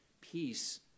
Peace